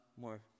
more